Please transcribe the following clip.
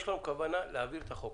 יש לנו כוונה להעביר את החוק.